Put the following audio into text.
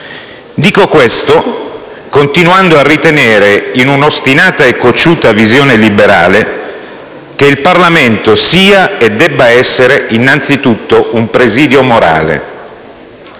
Dico questo continuando a ritenere, in una ostinata e cocciuta visione liberale, che il Parlamento sia e debba essere innanzitutto un presidio morale.